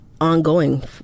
ongoing